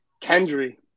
Kendry